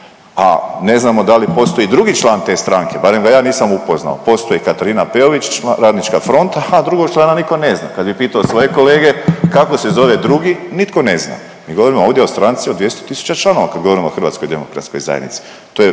a ne znamo da li postoji drugi član te stranke, barem ga ja nisam upoznao, postoji Katarina Peović, Radnička fronta, a drugog člana nitko ne zna. Kad bi pitao svoje kolege kako se zove drugi, nitko ne zna. Mi govorimo ovdje o stranci od 200 tisuća članova, kad govorimo o HDZ-u. To je malo ozbilnija